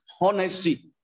honesty